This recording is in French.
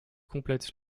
complète